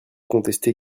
contester